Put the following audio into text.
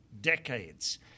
decades